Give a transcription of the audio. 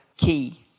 key